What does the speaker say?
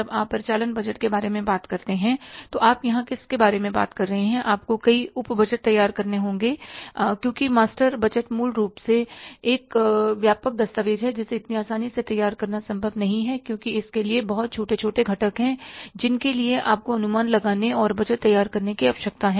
जब आप परिचालन बजट के बारे में बात करते हैं तो आप यहां किस बारे में बात कर रहे हैं आपको कई उप बजट तैयार करने होंगे क्योंकि मास्टर बजट मूल रूप से एक व्यापक दस्तावेज है जिसे इतनी आसानी से तैयार करना संभव नहीं है क्योंकि इसके बहुत छोटे छोटे घटक हैं जिनके लिए आपको अनुमान लगाने और बजट तैयार करने की आवश्यकता है